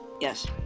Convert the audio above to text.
Yes